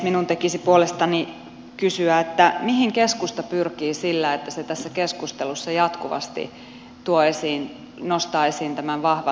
minun tekisi mieli puolestani kysyä mihin keskusta pyrkii sillä että se tässä keskustelussa jatkuvasti nostaa esiin tämän vahvan liittovaltiokehityksen